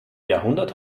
jahrhundert